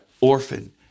orphan